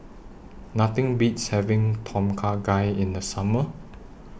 Nothing Beats having Tom Kha Gai in The Summer